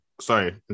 sorry